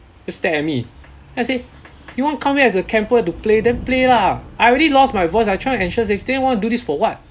just stare at me then I say you wanna come here as a camper to play then play lah I already lost my voice I trying to ensure safety then want to do this for what